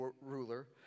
ruler